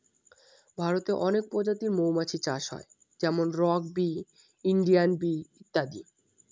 ভারতে অনেক প্রজাতির মৌমাছি চাষ হয় যেমন রক বি, ইন্ডিয়ান বি ইত্যাদি